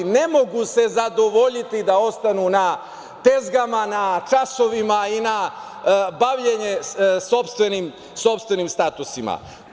Ne mogu se zadovoljiti da ostanu na tezgama, na časovima i na bavljenjem sopstvenim statusima.